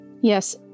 Yes